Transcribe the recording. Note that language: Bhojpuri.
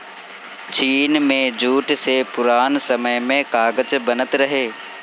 चीन में जूट से पुरान समय में कागज बनत रहे